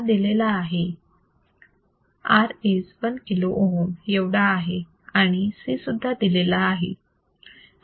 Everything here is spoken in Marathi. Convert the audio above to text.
R दिलेला आहे R is 1 kilo ohm एवढा आहे आणि C सुद्धा दिलेला आहे